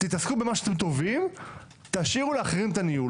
תתעסקו במה שאתם טובים ותשאירו לאחרים את הניהול.